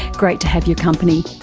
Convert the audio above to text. great to have your company,